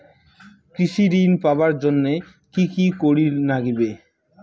কৃষি ঋণ পাবার জন্যে কি কি করির নাগিবে?